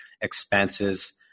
expenses